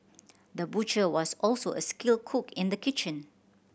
the butcher was also a skilled cook in the kitchen